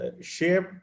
shape